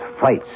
fights